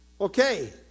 Okay